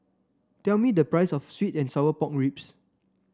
tell me the price of sweet and Sour Pork Ribs